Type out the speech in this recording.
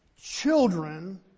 children